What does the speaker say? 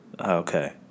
Okay